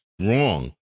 Wrong